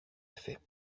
effets